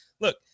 Look